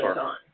on